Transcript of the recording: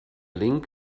link